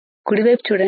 కుడి వైపు చూడండి